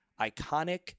iconic